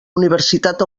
universitat